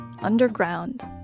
underground